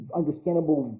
understandable